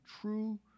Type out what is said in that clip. true